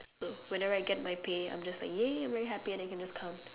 oh whenever I get my pay I'm just like !yay! I'm very happy and I can just count